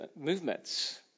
movements